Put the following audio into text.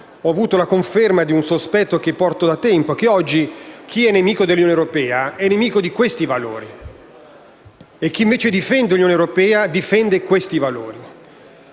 ho avuto la conferma di un sospetto che nutro da tempo: oggi chi è nemico dell'Unione europea è nemico di questi valori e chi, invece, difende l'Unione europea difende questi valori.